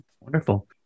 Wonderful